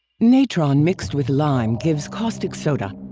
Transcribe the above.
natron mixed with lime gives caustic soda.